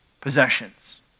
possessions